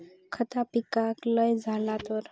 खता पिकाक लय झाला तर?